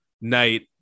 night